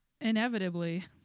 Inevitably